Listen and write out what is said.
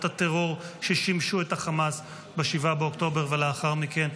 הטרור ששימשו את החמאס ב-7 באוקטובר ולאחר מכן,